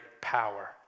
power